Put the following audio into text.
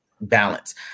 balance